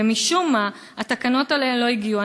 ומשום מה התקנות האלה לא הגיעו.